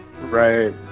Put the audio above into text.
Right